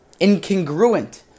incongruent